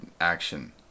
action